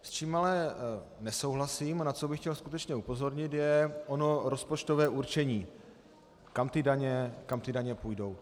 S čím ale nesouhlasím a na co bych chtěl skutečně upozornit, je ono rozpočtové určení, kam daně půjdou.